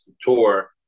tour